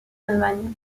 allemagne